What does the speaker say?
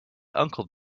uncle